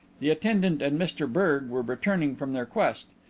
the attendant and mr berge were returning from their quest.